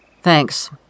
Thanks